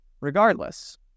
Regardless